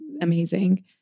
amazing